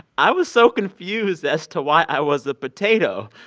i was so confused as to why i was a potato.